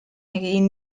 egin